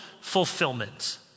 fulfillment